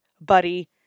buddy